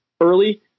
early